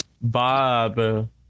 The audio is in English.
Bob